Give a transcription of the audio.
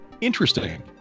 interesting